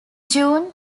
june